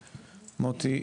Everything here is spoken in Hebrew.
מוטי,